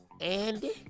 Andy